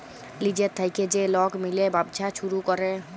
লিজের থ্যাইকে যে লক মিলে ব্যবছা ছুরু ক্যরে